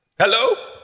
Hello